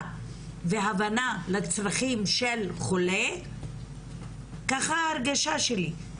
והבנה לצרכים של חולה - כך ההרגשה שלי.